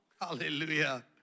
Hallelujah